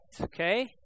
Okay